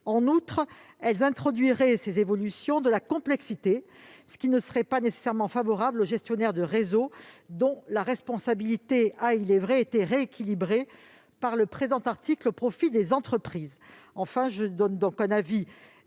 En outre, ces évolutions introduiraient de la complexité, ce qui ne serait pas nécessairement favorable aux gestionnaires de réseaux, dont la responsabilité a- il est vrai -été rééquilibrée par le présent article au profit des entreprises. Je vous demande donc, mes chers